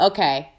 Okay